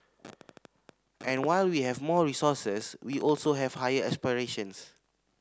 and while we have more resources we also have higher aspirations